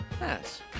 Yes